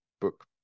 book